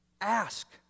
Ask